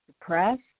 depressed